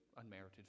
unmerited